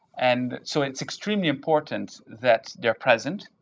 and so, it's extremely important that they're present,